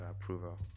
approval